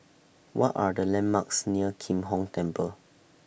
What Are The landmarks near Kim Hong Temple